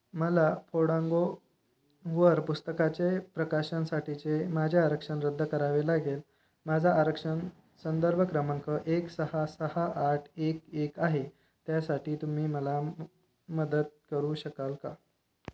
मला फोडांगोवर पुस्तकाचे प्रकाशनासाठीचे माझे आरक्षण रद्द करावे लागेल माझा आरक्षण संदर्भ क्रमांक एक सहा सहा आठ एक एक आहे त्यासाठी तुम्ही मला मदत करू शकाल का